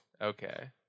Okay